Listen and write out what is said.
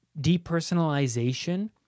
depersonalization